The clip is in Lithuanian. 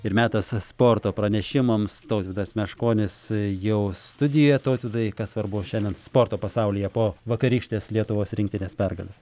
ir metas sporto pranešimams tautvydas meškonis jau studija tautvydai tai kas svarbu šiandien sporto pasaulyje po vakarykštės lietuvos rinktinės pergalės